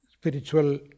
spiritual